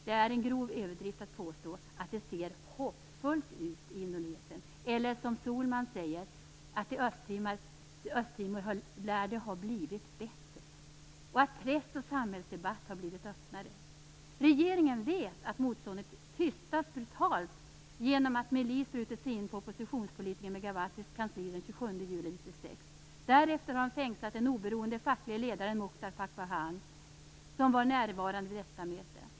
Det är en grov överdrift att påstå att det ser hoppfullt i Indonesien eller, som Sohlman säger, att det lär ha blivit bättre i Östtimor och att press och samhällsdebatt har blivit öppnare. Regeringen vet att motståndet tystats brutalt genom att milis brutit sig in på oppositionspolitikern Megawatis kansli den 27 juli 1996. Därefter har de fängslat den oberoende facklige ledaren Muchtar Pakpahan som var närvarande vid detta möte.